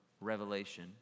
Revelation